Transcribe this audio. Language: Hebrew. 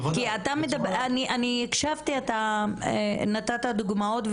בוודאי --- כי אני הקשבתי ואתה נתת דוגמאות,